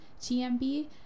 TMB